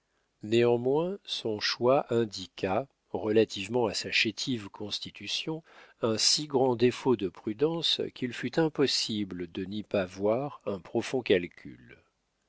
néanmoins son choix indiqua relativement à sa chétive constitution un si grand défaut de prudence qu'il fut impossible de n'y pas voir un profond calcul